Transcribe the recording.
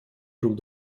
друг